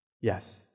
Yes